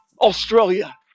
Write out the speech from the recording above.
Australia